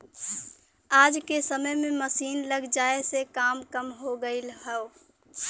आज के समय में मसीन लग जाये से काम कम हो गयल हौ